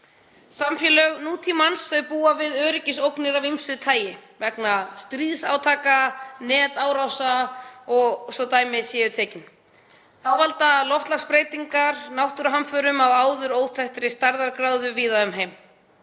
Samfélög nútímans búa við öryggisógnir af ýmsu tagi; vegna stríðsátaka og netárása svo dæmi séu tekin. Þá valda loftslagsbreytingar náttúruhamförum af áður óþekktri stærðargráðu víða um heim.